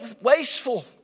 wasteful